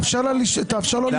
תאפשר לו לשאול.